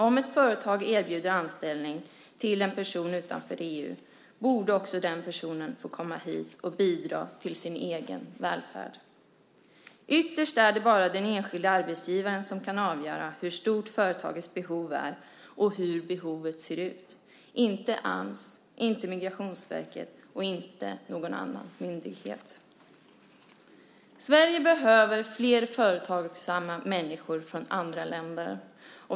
Om ett företag erbjuder en person utanför EU anställning borde också den personen få komma hit och bidra till sin egen välfärd. Ytterst är det bara den enskilda arbetsgivaren som kan avgöra hur stort företagets behov är och hur behovet ser ut, inte Ams och inte Migrationsverket eller någon annan myndighet. Sverige behöver flera företagsamma människor från andra länder.